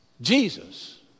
Jesus